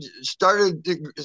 started